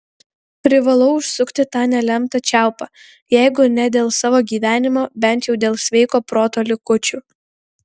privalau užsukti tą nelemtą čiaupą jeigu ne dėl savo gyvenimo bent jau dėl sveiko proto likučių